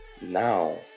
now